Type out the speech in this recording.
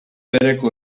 bereko